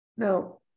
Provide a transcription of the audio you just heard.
Now